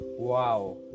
Wow